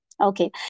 Okay